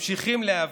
ממשיכים להיאבק.